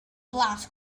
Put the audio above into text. blas